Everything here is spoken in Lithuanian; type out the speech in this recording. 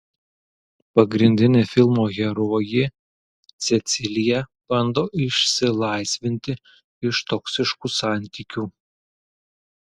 pagrindinė filmo herojė cecilija bando išsilaisvinti iš toksiškų santykių